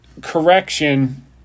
correction